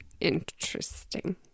interesting